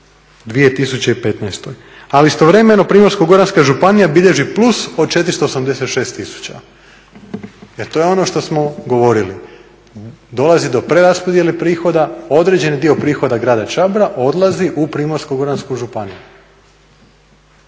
2015. Ali istovremeno Primorsko-goranska županija bilježi plus od 486 tisuća. Jer to je ono što smo govorili, dolazi do preraspodjele prihoda. Određeni dio prihoda grada Čabra odlazi u Primorsko-goransku županiju.